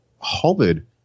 hovered